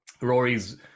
Rory's